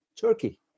Turkey